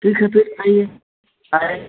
ठीक है तब आइए साए